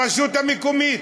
הרשות המקומית,